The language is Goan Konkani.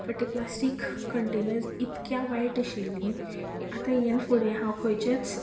बट ते प्लास्टीक कंटेनर्ज इतक्या वायट आशिल्लीं की आतां येन फुडें हांव खंयचेच